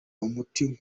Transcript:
umuti